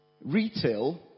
Retail